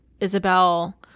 Isabel